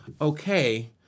okay